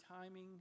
timing